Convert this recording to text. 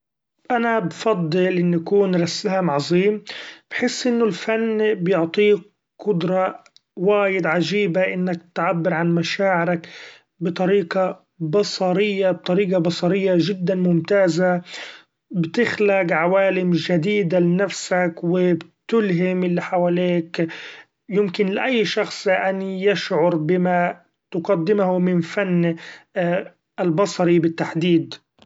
أنا بفضل إني كون رسام عظيم بحس إنو الفن بيعطيك قدرة وايد عجيبة إنك تعبر عن مشاعرك بطريقة بصرية-بطريقة بصريه جدا ممتازة ، بتخلق عوالم جديدة لنفسك و بتلهم اللي حواليك ، يمكن لأي شخص أن يشعر بما تقدمه من فن البصري بالتحديد.